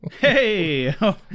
Hey